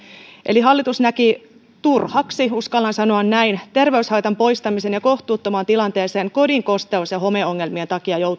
eli hallitus näki turhaksi uskallan sanoa näin terveyshaitan poistamisen ja kohtuuttomaan tilanteeseen kodin kosteus ja homeongelmien takia